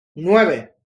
nueve